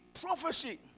prophecy